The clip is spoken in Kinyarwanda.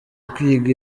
kwiga